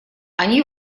они